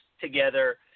together